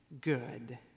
good